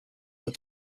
with